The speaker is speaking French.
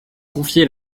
confier